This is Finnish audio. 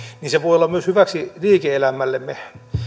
niin se voi olla myös hyväksi liike elämällemme